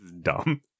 Dumb